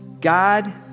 God